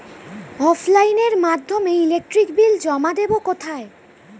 অফলাইনে এর মাধ্যমে ইলেকট্রিক বিল জমা দেবো কোথায়?